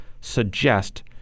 suggest